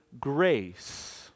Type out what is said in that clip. grace